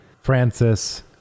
Francis